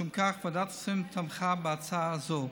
משום כך, ועדת השרים תמכה בהצעה זו.